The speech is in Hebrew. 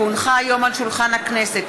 כי הונחה היום על שולחן הכנסת,